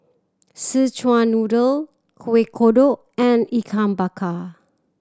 Szechuan Noodle Kueh Kodok and Ikan Bakar